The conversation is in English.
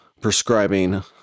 prescribing